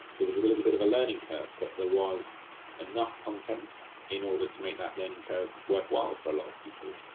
there was a little bit of a learning curve but there was enough content in order to make that learning curve worthwhile for a lot of people.